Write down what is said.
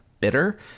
bitter